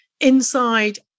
inside